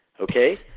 Okay